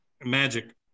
magic